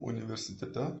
universitete